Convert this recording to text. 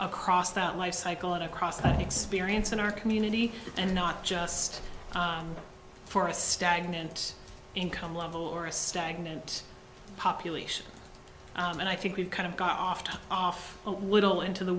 across that life cycle and across that experience in our community and not just for a stagnant income level or a stagnant population and i think we've kind of got off to off a little into the